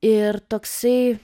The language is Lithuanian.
ir toksai